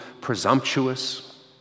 presumptuous